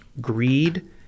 greed